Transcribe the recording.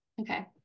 okay